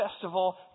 festival